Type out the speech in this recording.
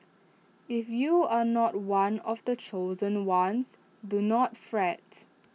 if you are not one of the chosen ones do not fret